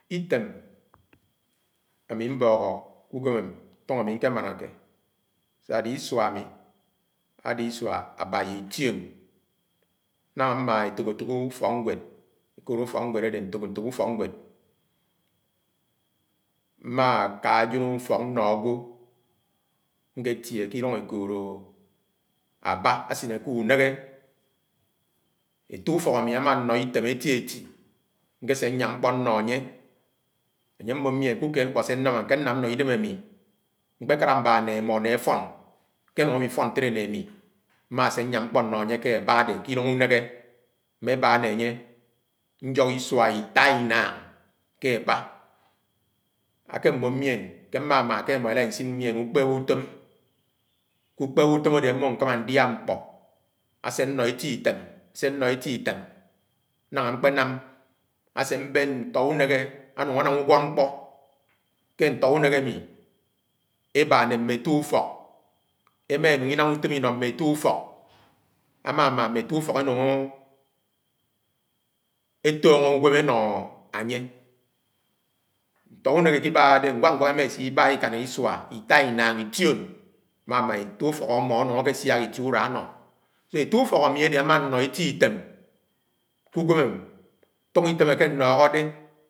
Item ami ñbọhọ ke uñwém m'tónó ami nkémanáké. Sá-sdé isuá ami ade isua abáa-ye-ítíóñ, nángá amáká etok-etok úfóknwéd ekood úfọkñwéd adi ntók-ntók úfọknwéd, mma ka ajenúfọk ññọ ágwo nkétié ke ilúng ékoodó. Aba asine ke únéghé ette úfọk anu ama ánọ itém eti eti n̄késé nyám ñkpọ nn̄ọ anye, añye amo mien ku úkied nkpọ se nam ké nám ññọ ídem ami ñkpékétá mbá ne emọ ne afón ke anúng awifón ntélé ne ami mmá sé ñyám ñkpó nnọ an̄ye ke Aba adé ke iluñg unéghé mmé bá ne ñyọhọ isua ita, inaañ ké Aba. Akewo mien ke mma ámá ke imó ilá isin mién ukpéb utóm ku ukpéb-ittóm item nañga ñkpé nám, aseabén ntọ úneghe anúng uñwọd-nkpọ ke n̄tọ únéghe ami eba ne mme ette úfọk. Emá núng inám utóm inọ mme ette úfọk ámá ámá, mme ette ufok enúng etónó unwém enó ánye. Ntọ u̱néghé ekebáhá de nwak-ñwak ema se iba ikañg isuá ita, inaan, ition, mama ette úfọk amo anúng akesia itie úrua anọ ette úfok ami ade ama ññọ eti itém ké unwém m'tónó itém ake nnọho-de.